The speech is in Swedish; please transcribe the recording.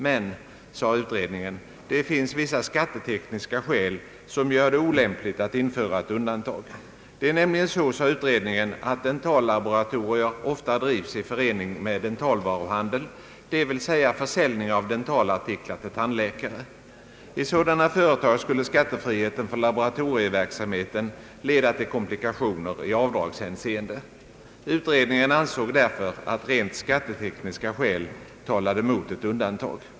Men, sade utredningen, det finns vissa skattetekniska skäl som gör det olämpligt att införa ett undantag. Det är nämligen så, sade utredningen, att dentallaboratorier ofta drivs i förening med dentalvaruhandel, dvs. försäljning av dentalartiklar till tandläkare. I sådana företag skulle skattefriheten för laboratorieverksamheten leda till komplikationer i avdragshänseende. Utredningen ansåg därför att rent skattetekniska skäl talade mot ett undantag.